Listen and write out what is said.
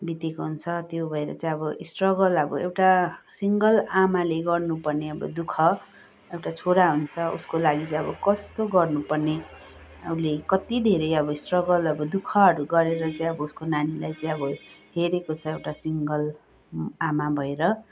बितेको हुन्छ त्यो भएर चाहिँ अब स्ट्रगल अब एउटा सिङ्गल आमाले गर्नु पर्ने अब दुःख एउटा छोरा हुन्छ उसको लागि चाहिँ अब कस्तो गर्नुपर्ने उसले कति धेरै स्ट्रगल अब दुःखहरू गरेर चाहिँ अब नानीलाई चाहिँ अब हेरेको छ एउटा सिङ्गल आमा भएर